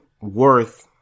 worth